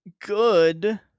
good